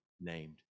named